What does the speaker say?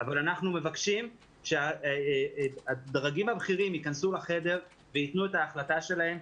אנחנו מבקשים שהדרגים הבכירים ייכנסו לחדר ויתנו את ההחלטה שלהם.